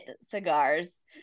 cigars